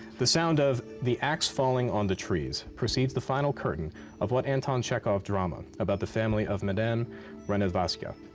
the sound of the axe falling on the trees precedes the final curtain of what anton chekhov drama about the family of madame ranevsky?